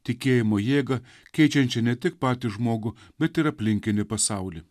tikėjimo jėgą keičiančią ne tik patį žmogų bet ir aplinkinį pasaulį